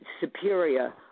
superior